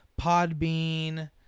Podbean